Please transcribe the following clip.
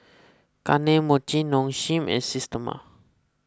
Kane Mochi Nong Shim and Systema